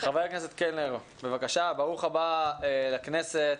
ח"כ קלנר בבקשה, ברוך הבא לכנסת,